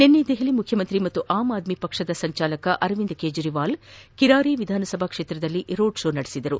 ನಿನ್ನೆ ದೆಹಲಿ ಮುಖ್ಯಮಂತ್ರಿ ಹಾಗೂ ಆಮ್ ಆದ್ನಿ ಪಕ್ಷದ ಸಂಚಾಲಕ ಅರವಿಂದ್ ಕೇಜ್ರವಾಲ್ ಕಿರಾರಿ ವಿಧಾನಸಭಾ ಕ್ಷೇತ್ರದಲ್ಲಿ ರೋಡ್ ಶೋ ನಡೆಸಿದರು